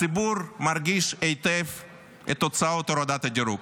הציבור מרגיש היטב את תוצאות הורדת הדירוג.